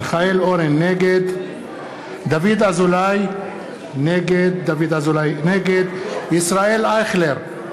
מיכאל אורן, נגד דוד אזולאי, נגד ישראל אייכלר,